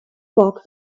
box